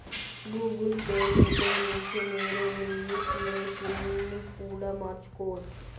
Google పేని ఉపయోగించి మీరు మీ యూ.పీ.ఐ పిన్ ని కూడా మార్చుకోవచ్చు